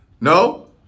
No